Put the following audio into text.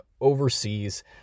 overseas